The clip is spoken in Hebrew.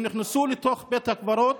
הם נכנסו לתוך בית הקברות,